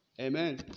Amen